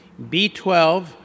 B12